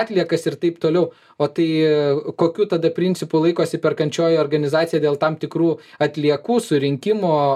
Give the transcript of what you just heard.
atliekas ir taip toliau o tai kokių tada principų laikosi perkančioji organizacija dėl tam tikrų atliekų surinkimo